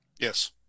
Yes